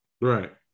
right